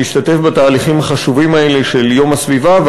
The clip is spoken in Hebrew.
להשתתף בתהליכים החשובים האלה של יום הסביבה.